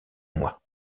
moi